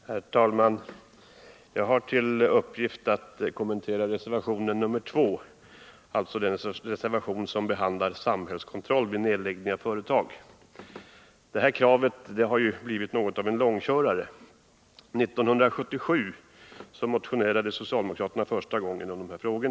Herr talman! Jag har till uppgift att kommentera reservation 2, alltså den reservation som behandlar Samhällskontroll vid nedläggning av företag. Det kravet har blivit något av en långkörare. 1977 motionerade socialdemokraterna första gången om dessa frågor.